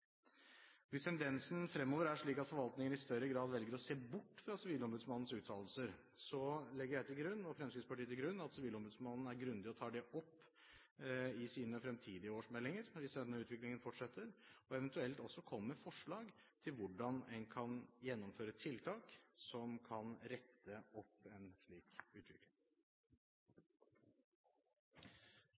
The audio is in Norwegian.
Hvis tendensen fremover er slik at forvaltningen i større grad velger å se bort fra Sivilombudsmannens uttalelser, legger jeg og Fremskrittspartiet til grunn at Sivilombudsmannen er grundig og tar det opp i sine fremtidige årsmeldinger, og eventuelt kommer med forslag til hvordan en kan gjennomføre tiltak som kan rette opp en slik utvikling.